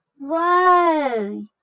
Whoa